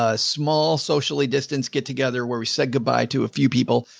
ah small socially distance get together where we said goodbye to a few people.